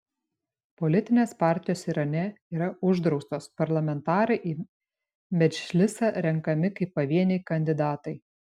politinės partijos irane yra uždraustos parlamentarai į medžlisą renkami kaip pavieniai kandidatai